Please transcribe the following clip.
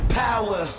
power